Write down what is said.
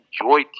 enjoy